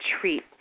treat